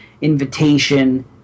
Invitation